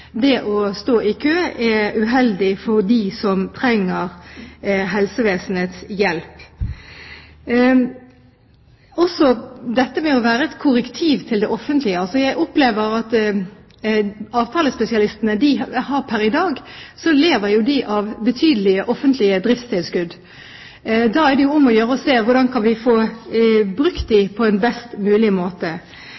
for å få ned ventetidene – for det å stå i kø er uheldig for dem som trenger helsevesenets hjelp. Så til dette med å være et korrektiv til det offentlige. Jeg opplever at avtalespesialistene pr. i dag lever av betydelige offentlige driftstilskudd. Da er det om å gjøre å se hvordan vi kan få brukt